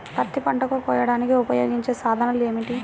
పత్తి పంటలను కోయడానికి ఉపయోగించే సాధనాలు ఏమిటీ?